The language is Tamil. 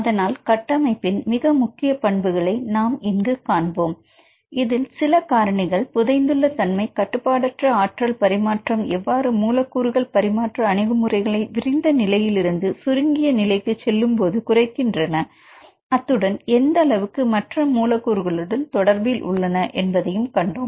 அதனால் கட்டமைப்பின் மிக முக்கிய பண்புகளை நாம் இங்கு காண்போம் இதில் சில காரணிகள் புதைந்துள்ள தன்மை கட்டுப்பாடு அற்ற ஆற்றல் பரிமாற்றம் எவ்வாறு மூலக்கூறுகள் பரிமாற்ற அணுகுமுறையினை விரிந்த நிலையில் இருந்து சுருங்கிய நிலைக்குச் செல்லும் போது குறைகின்றன அத்துடன் எந்த அளவுக்கு மற்ற மூலக்கூறுகளுடன் தொடர்பில் உள்ளன என்பதையும் கண்டோம்